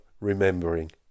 remembering